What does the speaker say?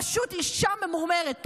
פשוט אישה ממורמרת.